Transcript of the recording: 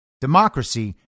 democracy